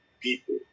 people